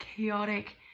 chaotic